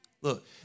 Look